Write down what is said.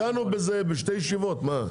דנו בזה בשתי ישיבות, מה?